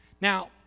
Now